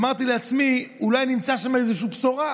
אמרתי לעצמי, אולי נמצא שם איזושהי בשורה.